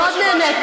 הם עשו את זה.